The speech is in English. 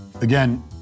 Again